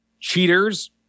cheaters